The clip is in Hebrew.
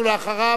ואחריו,